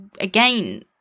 again